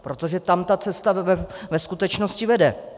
Protože tam ta cesta ve skutečnosti vede.